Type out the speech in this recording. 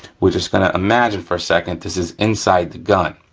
we're just gonna imagine for a second this is inside the gun,